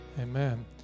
Amen